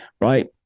Right